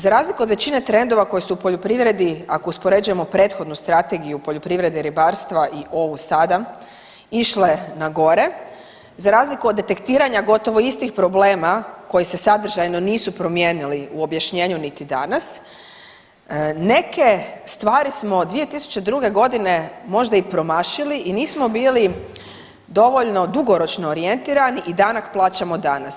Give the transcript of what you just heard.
Za razliku od većine trendova koji su u poljoprivredi, ako uspoređujemo prethodnu Strategiju poljoprivrede i ribarstva i ovu sada išle na gore za razliku od detektiranja gotovo istih problema koji se sadržajno nisu promijenili u objašnjenju niti danas neke stvari smo 2002.g. možda i promašili i nismo bili dovoljno dugoročno orijentirani i danak plaćamo danas.